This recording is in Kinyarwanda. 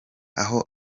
aho